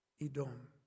Edom